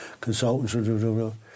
consultants